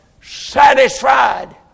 satisfied